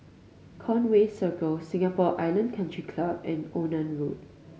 Conway Circle Singapore Island Country Club and Onan Road